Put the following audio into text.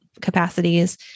capacities